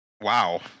Wow